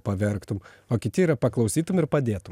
paverktum o kiti yra paklausytum ir padėtum